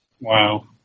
Wow